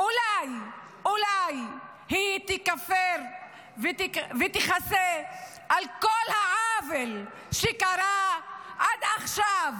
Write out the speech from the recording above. אולי היא תכפר ותכסה על כל העוול שקרה עד עכשיו